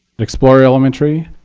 but explorer elementary.